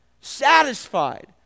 satisfied